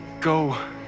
Go